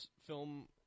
film